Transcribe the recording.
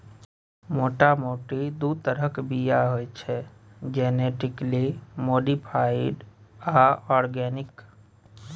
मोटा मोटी दु तरहक बीया होइ छै जेनेटिकली मोडीफाइड आ आर्गेनिक